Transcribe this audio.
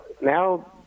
now